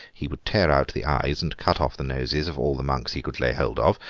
he would tear out the eyes and cut off the noses of all the monks he could lay hold of,